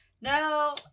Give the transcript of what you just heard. no